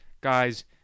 guys